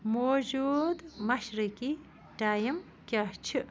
موجودٕ مشرِقی ٹایِم کیٛاہ چھِ